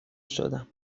شدم